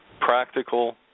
practical